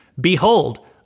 Behold